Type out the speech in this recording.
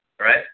right